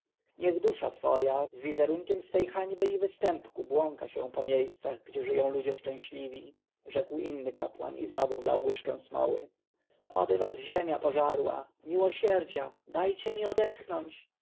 niech dusza twoja z wizerunkiem swej hańby i występku błąka się po miejscach gdzie żyją ludzie szczęśliwi rzekł inny kapłan i znowu wlał łyżkę smoły oby was ziemia pożarła miłosierdzia dajcie mi odetchnąć